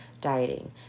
dieting